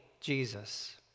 Jesus